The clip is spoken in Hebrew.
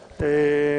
א.